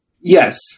Yes